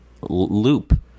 Loop